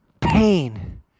pain